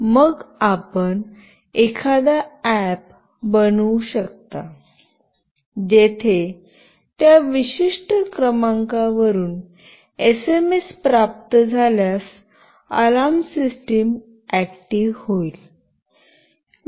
आणि मग आपण एखादा अॅप बनवू शकता जेथे त्या विशिष्ट क्रमांकावरून एसएमएस प्राप्त झाल्यास अलार्म सिस्टम ऍक्टिव् होईल